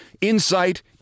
insight